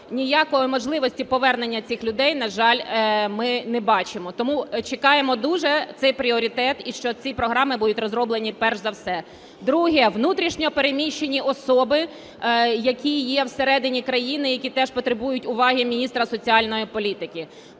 ніякої можливості повернення цих людей, на жаль, ми не бачимо. Тому чекаємо дуже цей пріоритет, і що ці програми будуть розроблені перш за все. Друге. Внутрішньо переміщені особи, які є в середині країни, які теж потребують уваги міністра соціальної політики.